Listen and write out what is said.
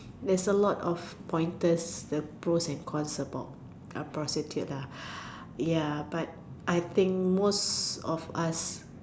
there's a lot of pointers the pros and cons about a prostitute ya but I think most of us